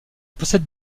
possède